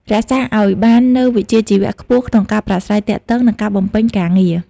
រក្សាអោយបាននូវវិជ្ជាជីវៈខ្ពស់ក្នុងការប្រាស្រ័យទាក់ទង និងការបំពេញការងារ។